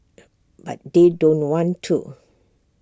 Pu but they don't want to